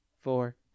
four